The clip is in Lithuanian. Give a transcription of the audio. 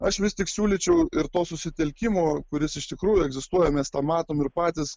aš vis tik siūlyčiau ir to susitelkimo kuris iš tikrųjų egzistuoja mes tą matom ir patys